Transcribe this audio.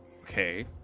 Okay